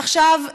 עכשיו,